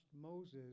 Moses